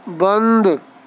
بند